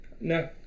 No